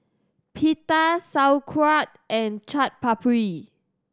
Pita Sauerkraut and Chaat Papri